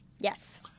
Yes